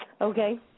Okay